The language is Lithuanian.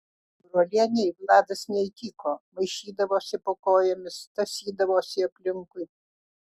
brolienei vladas neįtiko maišydavosi po kojomis tąsydavosi aplinkui